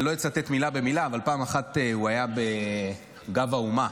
לא אצטט מילה במילה אבל פעם אחת הוא היה ב"גב האומה"